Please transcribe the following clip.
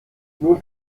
nun